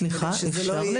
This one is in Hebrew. סליחה, אפשר לקבל